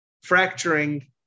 fracturing